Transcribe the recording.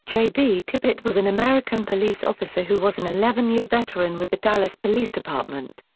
j. d. tippit was an american police officer who was an eleven year veteran with the dallas police department.